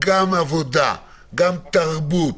גם עבודה, גם תרבות,